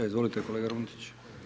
Izvolite kolega Runtić.